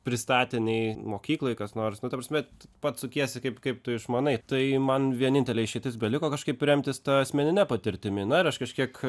pristatė nei mokykloj kas nors nu ta prasme pats sukiesi kaip kaip tu išmanai tai man vienintelė išeitis beliko kažkaip remtis asmenine patirtimi na ir aš kažkiek